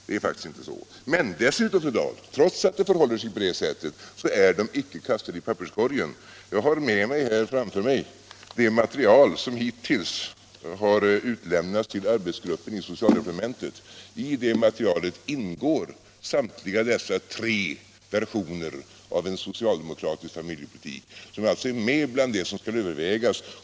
För det andra, fru Dahl, är dessa förslag, trots att det förhåller sig på detta sätt, inte kastade i papperskorgen. Jag har här med mig det material som hittills har utlämnats till arbetsgruppen inom socialdepartementet. I det materialet ingår samtliga dessa tre versioner av en socialdemokratisk familjepolitik. De är alltså med bland det som skall övervägas.